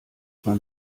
man